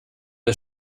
der